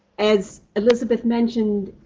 as elizabeth mentioned,